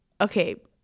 Okay